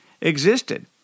existed